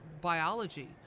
biology